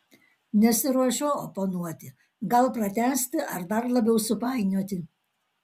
nesiruošiu oponuoti gal pratęsti ar dar labiau supainioti